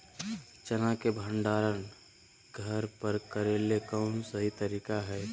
चना के भंडारण घर पर करेले कौन सही तरीका है?